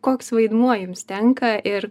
koks vaidmuo jums tenka ir